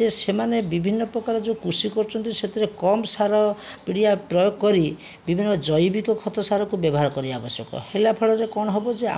ଯେ ସେମାନେ ବିଭିନ୍ନପ୍ରକାର ଯେଉଁ କୃଷି କରୁଛନ୍ତି ସେଥିରେ କମ୍ ସାର ପିଡ଼ିଆ ପ୍ରୟୋଗ କରି ବିଭିନ୍ନ ଜୈବିକ ଖତ ସାରକୁ ବ୍ୟବହାର କରିବା ଆବଶ୍ୟକ ହେଲା ଫଳରେ କ'ଣ ହେବ ଯେ